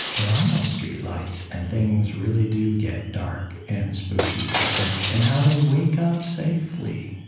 there are no streetlights, and things really do get dark and spooky at night, and how they wake up safely,